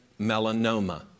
melanoma